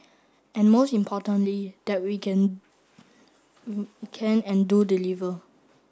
and most importantly that we can can and do deliver